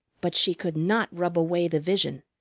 but she could not rub away the vision.